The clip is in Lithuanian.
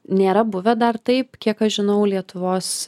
nėra buvę dar taip kiek aš žinau lietuvos